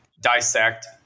dissect